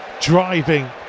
driving